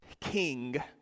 King